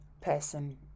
person